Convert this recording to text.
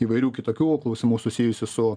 įvairių kitokių klausimų susijusių su